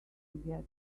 together